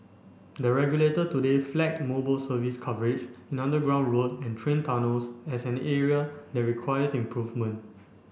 the regulator today flag mobile service coverage in underground road and train tunnels as an area that requires improvement